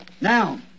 Now